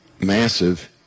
massive